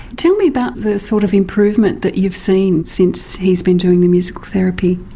tell me about the sort of improvement that you've seen since he's been doing the musical therapy.